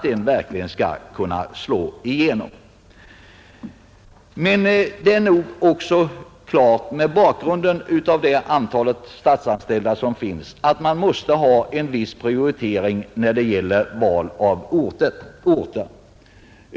Med tanke på det antal statsanställda som finns är det nog klart att det måste göras en viss prioritering när det gäller val av orter.